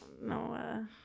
no